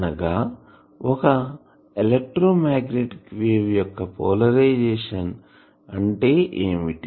అనగా ఒక electromagnetic wave యొక్క పోలరైజేషన్ అంటే ఏమిటి